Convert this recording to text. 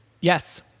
Yes